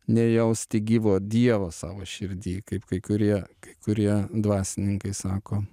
nejausti gyvo dievo savo širdy kaip kai kurie kai kurie dvasininkai sako